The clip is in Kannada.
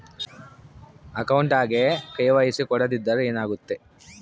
ಅಕೌಂಟಗೆ ಕೆ.ವೈ.ಸಿ ಕೊಡದಿದ್ದರೆ ಏನಾಗುತ್ತೆ?